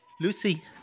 Lucy